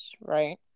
right